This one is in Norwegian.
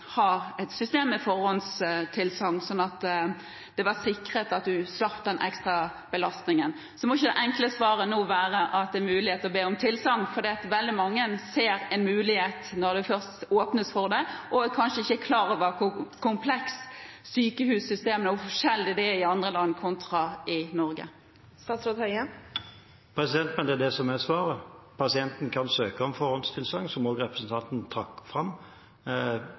ha et system med forhåndstilsagn, sånn at man var sikker på man slapp den ekstra belastningen? Så må ikke det enkle svaret nå være at det er mulighet til å be om tilsagn, for veldig mange ser en mulighet når det først åpnes for det, og er kanskje ikke klar over hvor komplekse sykehussystemene er og hvor annerledes det er i andre land kontra i Norge. Men det er det som er svaret: Pasienten kan søke om forhåndstilsagn, som også representanten trakk fram.